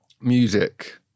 music